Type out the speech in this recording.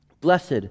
Blessed